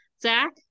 zach